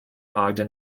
ogden